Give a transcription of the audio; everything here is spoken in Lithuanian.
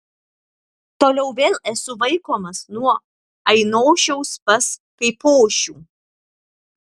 toliau vėl esu vaikomas nuo ainošiaus pas kaipošių